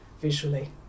visually